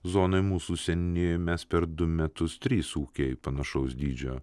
zonoj mūsų seni mes per du metus trys ūkiai panašaus dydžio